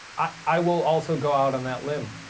i will also go out on that limb.